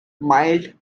mild